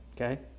Okay